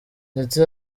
ndetse